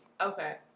Okay